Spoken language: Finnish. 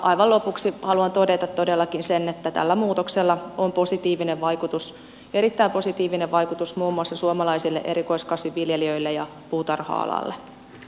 aivan lopuksi haluan todeta todellakin sen että tällä muutoksella on positiivinen vaikutus muun muassa suomalaisille erikoiskasviviljelijöille ja puutarha alalle